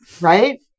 right